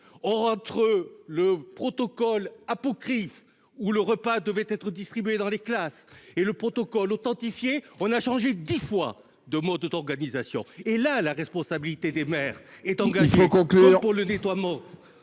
! Entre le protocole apocryphe où le repas devait être distribué dans les classes et le protocole authentifié, on a changé dix fois de mode d'organisation. Or la responsabilité des maires est engagée, ... Il faut